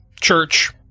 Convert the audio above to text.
church